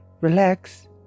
Relax